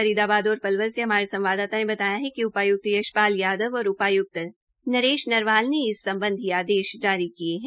फरीदाबाद और पलवल से हमारे संवाददाता ने बताया है कि उपायुक्त यशपाल यादव और उपाय्क्त नरेश नरवाल ने इस सम्बधी आदेश जारी किये है